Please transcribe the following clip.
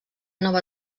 nova